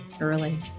early